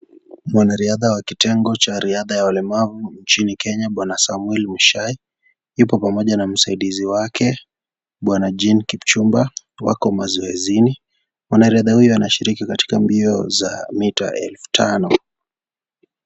Mwanariadha wa kitengo cha riadha ya walemavu nchini Kenya bwana Samueli Mshai yupo pamoja na msaidisi wake bwana Jim Kipchumba wako mazoezini mwanariadha huyu anashiriki katika mbio za mita elfu tano.